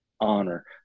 honor